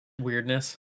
Weirdness